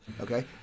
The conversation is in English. okay